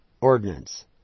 Ordinance